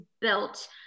built